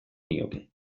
nioke